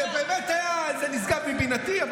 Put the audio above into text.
זה באמת היה, זה נשגב מבינתי.